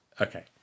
Okay